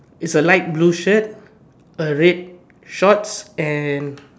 is a light blue shirt a red shorts and